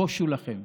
בושו לכם.